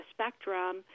Spectrum